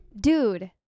Dude